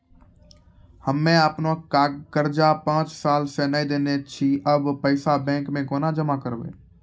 हम्मे आपन कर्जा पांच साल से न देने छी अब पैसा बैंक मे कोना के जमा करबै?